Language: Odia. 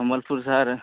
ସମ୍ୱଲୁପର ସାର୍